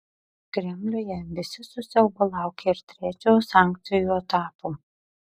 kremliuje visi su siaubu laukia ir trečiojo sankcijų etapo